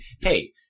hey